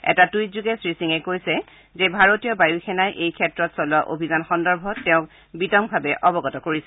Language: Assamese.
এটা টুইটযোগে শ্ৰীসিঙে কৈছে যে ভাৰতীয় বায়ূ সেনাই এই ক্ষেত্ৰত চলোৱা অভিযান সন্দৰ্ভত তেওঁক বিতংভাৱে অৱগত কৰিছে